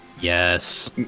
Yes